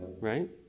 right